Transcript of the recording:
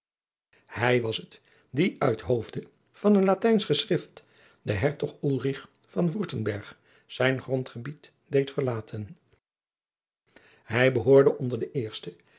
hij was het dien uit hoofde van een latijnsch geschrift de adriaan loosjes pzn het leven van maurits lijnslager hertog ulrich van wurtenberg zijn grondgebied deed verlaten hij behoorde onder de